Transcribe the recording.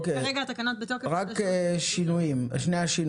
כרגע התקנות בתוקף --- רק שני השינויים.